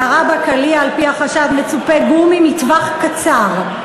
ירה בה קליע, לפי החשד, מצופה גומי, מטווח קצר.